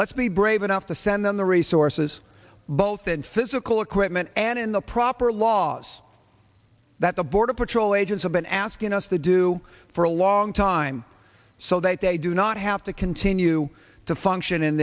let's be brave enough to send them the resources both in physical equipment and in the proper laws that the border patrol agents have been asking us to do for a long time so that they do not have to continue to function in